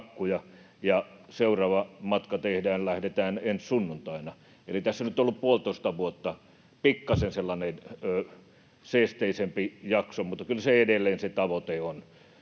ja seuraavalle matkalle lähdetään ensi sunnuntaina. Eli tässä on nyt ollut puolitoista vuotta pikkasen sellainen seesteisempi jakso, mutta kyllä se edelleen se tavoite on.